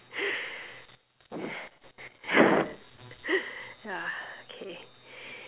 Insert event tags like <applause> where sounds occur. <laughs> ya K